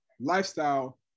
lifestyle